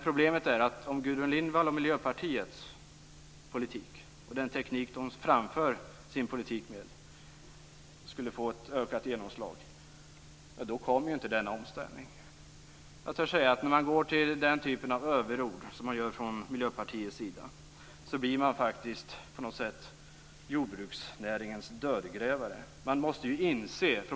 Problemet är att om Gudrun Lindvalls och Miljöpartiets politik, och den teknik som de framför sin politik med, skulle få ökat genomslag kommer inte denna omställning. Jag törs säga att när man använder den typ av överord som Miljöpartiet använder blir man jordbruksnäringens dödgrävare.